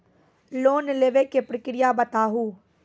Loan लेवे के प्रक्रिया बताहू?